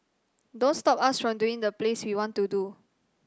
don't stop us from doing the plays we want to do